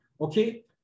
okay